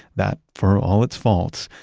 that for all its faults,